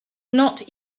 not